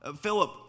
Philip